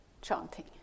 Chanting